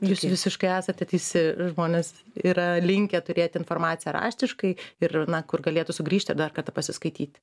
jūs visiškai esate teisi žmonės yra linkę turėti informaciją raštiškai ir na kur galėtų sugrįžti dar kartą pasiskaityti